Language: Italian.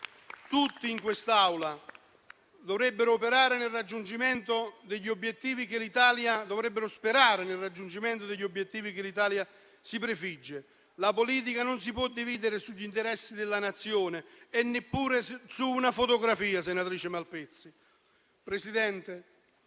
Tutti in quest'Aula dovrebbero sperare nel raggiungimento degli obiettivi che l'Italia si prefigge. La politica non si può dividere sugli interessi della Nazione e neppure su una fotografia, senatrice Malpezzi. Signor Presidente,